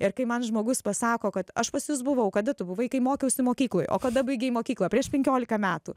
ir kai man žmogus pasako kad aš pas jus buvau kada tu buvai kai mokiausi mokykloj o kada baigei mokyklą prieš penkiolika metų